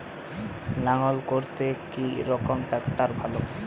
লাঙ্গল করতে কি রকম ট্রাকটার ভালো?